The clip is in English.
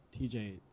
TJ